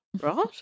right